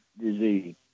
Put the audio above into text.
disease